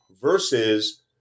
versus